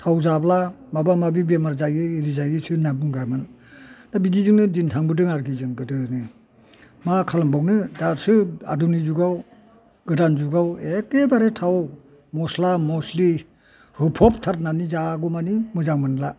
थाव जाब्ला माबा माबि बेमार जायो इरि जायोसो होनना बुंग्रामोन दा बिदिजोंनो दिन थांबोदों आरो जों गोदोनो मा खालामबावनो दासो आदुनिग जुगाव गोदान जुगाव एखेबारे थाव मस्ला मस्लि होफबथारनानै जायागौमानि मोजां मोनला